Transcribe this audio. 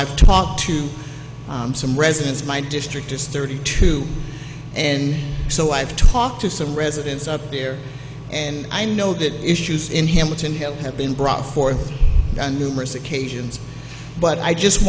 i've talked to some residents of my district is thirty two and so i've talked to some residents up here and i know that issues in hamilton hill have been brought forth on numerous occasions but i just